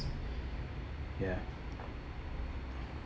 ya